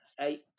eight